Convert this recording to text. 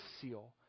seal